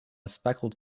speckled